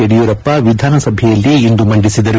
ಯಡಿಯೂರಪ್ಪ ವಿಧಾನಸಭೆಯಲ್ಲಿ ಇಂದು ಮಂಡಿಸಿದರು